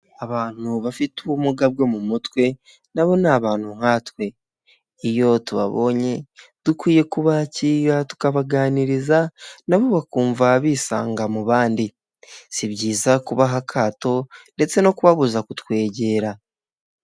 Abantu bafite ubumuga bwo mu mutwe nabo ni abantu nkatwe, iyo tubabonye dukwiye kubakira tukabaganiriza nabo bakumva bisanga mu bandi. Si byiza kubaha akato ndetse no kubabuza kutwegera.